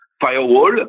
firewall